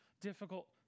difficult